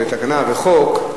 תקנה וחוק.